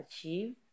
achieve